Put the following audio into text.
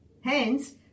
Hence